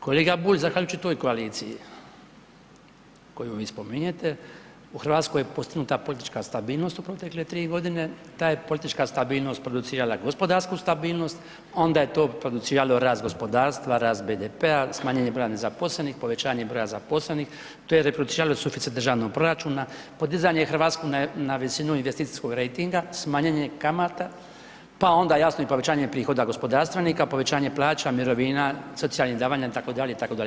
Kolega Bulj, zahvaljujući toj koaliciji koju vi spominjete u Hrvatskoj je postignuta politička stabilnost u protekle 3 godine, ta je politička stabilnost producirala gospodarsku stabilnost, onda je to produciralo rast gospodarstva, rast BDP-a, smanjenje broja zaposlenih, povećanje broja zaposlenih, to je ... suficit državnog proračuna, podizanje Hrvatske na visinu investicijskog rejtinga, smanjen je kamata, pa onda jasno i povećanje prihoda gospodarstvenika, povećanje plaća, mirovina, socijalnih davanja, itd., itd.